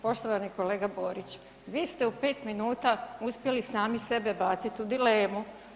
Poštovani kolega Borić, vi ste u 5 minuta uspjeli sami sebe baciti u dilemu.